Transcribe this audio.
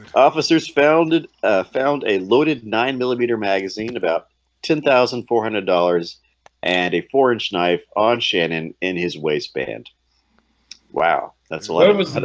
officers founded ah found a loaded nine millimeter magazine about ten thousand four hundred dollars and a four inch knife on shannon in his waistband wow, that's a lot